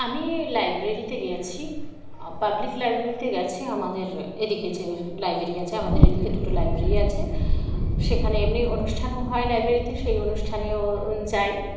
আমি লাইব্রেরিতে গিয়েছি পাবলিক লাইব্রেরিতে গেছি আমাদের এদিকে যে লাইব্রেরি আছে আমাদের এদিকে দুটো লাইব্রেরি আছে সেখানে এমনি অনুষ্ঠানও হয় লাইব্রেরিতে সেই অনুষ্ঠানেও যাই